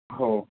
हो